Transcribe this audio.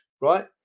Right